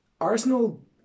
Arsenal